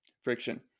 friction